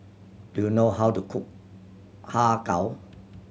do you know how to cook Har Kow